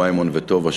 מימון וטובה,